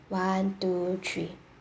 one two three